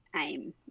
aim